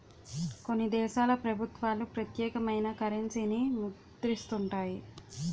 కొన్ని దేశాల ప్రభుత్వాలు ప్రత్యేకమైన కరెన్సీని ముద్రిస్తుంటాయి